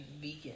vegan